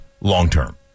long-term